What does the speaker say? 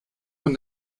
von